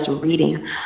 reading